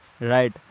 Right